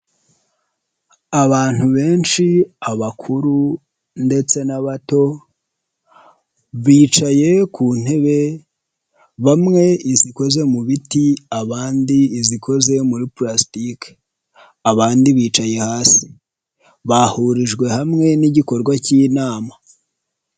Abantu benshi, abakuru ndetse n'abato, bicaye ku ntebe, bamwe zikoze mu biti, abandi zikoze muri palastike, abandi bicaye hasi bahurijwe hamwe n'igikorwa cy'inama.